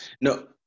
No